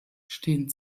stehen